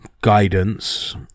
guidance